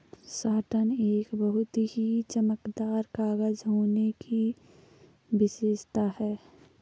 satin एक बहुत ही चमकदार कागज होने की विशेषता है